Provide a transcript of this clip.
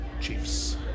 Chiefs